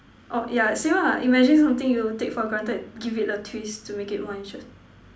orh ya same ah imagine something you'll take for granted you give it a twist to make it more interesting